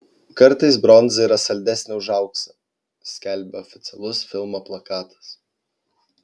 kartais bronza yra saldesnė už auksą skelbė oficialus filmo plakatas